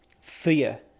fear